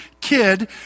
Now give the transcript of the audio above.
kid